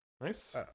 nice